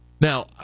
Now